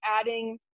adding